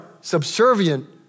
subservient